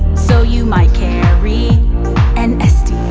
so you might carry an std.